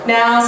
Now